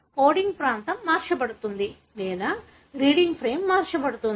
coding ప్రాంతం మార్చబడుతుంది లేదా రీడింగ్ ఫ్రేమ్ మార్చబడుతుంది